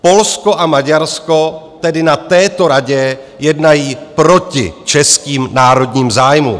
Polsko a Maďarsko tedy na této Radě jednají proti českým národním zájmům.